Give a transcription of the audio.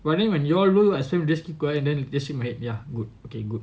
but then when you all do just keep quiet just shake my head wait ya good okay good